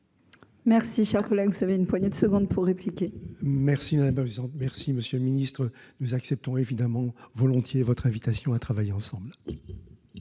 Merci, cher collègue, vous savez, une poignée de secondes pour répliquer. Merci madame vous merci monsieur le ministre, nous acceptons évidemment volontiers votre invitation à travailler ensemble.